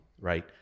Right